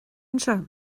anseo